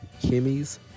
Kimmy's